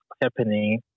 happening